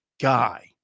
guy